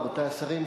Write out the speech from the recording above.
רבותי השרים,